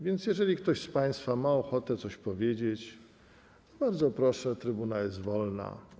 Więc jeżeli ktoś z państwa ma ochotę coś powiedzieć, bardzo proszę, trybuna jest wolna.